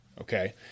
okay